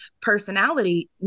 personality